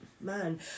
man